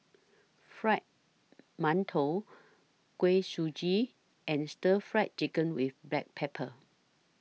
Fried mantou Kuih Suji and Stir Fried Chicken with Black Pepper